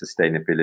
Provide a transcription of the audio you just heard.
sustainability